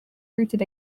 rooted